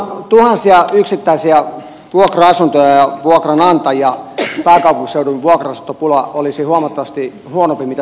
ilman tuhansia yksittäisiä vuokra asuntoja ja vuokranantajia pääkaupunkiseudun vuokra asuntopula olisi huomattavasti huonompi kuin mitä se tällä hetkellä on